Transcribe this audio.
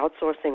outsourcing